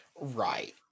right